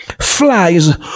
flies